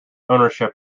ownership